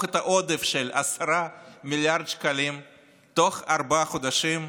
את העודף של 10 מיליארד שקלים תוך ארבעה חודשים,